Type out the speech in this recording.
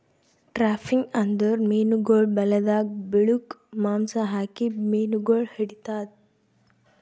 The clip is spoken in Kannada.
ಟ್ರ್ಯಾಪಿಂಗ್ ಅಂದುರ್ ಮೀನುಗೊಳ್ ಬಲೆದಾಗ್ ಬಿಳುಕ್ ಮಾಂಸ ಹಾಕಿ ಮೀನುಗೊಳ್ ಹಿಡಿತಾರ್